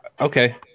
Okay